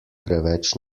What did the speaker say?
preveč